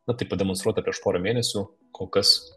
na tai pademonstruota prieš porą mėnesių kol kas